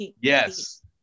Yes